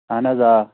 اَہن حظ آ